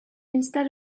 instead